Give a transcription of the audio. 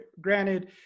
Granted